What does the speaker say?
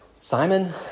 Simon